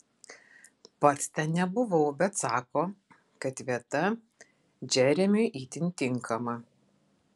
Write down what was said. pats ten nebuvau bet sako kad vieta džeremiui itin tinkama